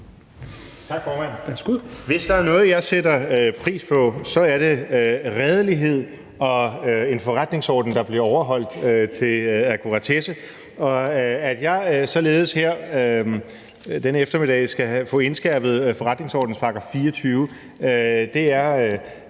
Hvis der er noget, jeg sætter pris på, er det redelighed og en forretningsorden, der bliver overholdt til akkuratesse, og at jeg således her denne eftermiddag skal få indskærpet forretningsordenens § 24, er en